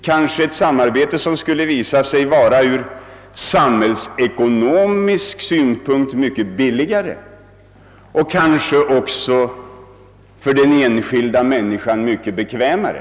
Kanske skulle ett sådant samarbete ur samhällsekonomisk synpunkt visa sig vara mycket billigare och för den enskilde kanske också mycket bekvämare.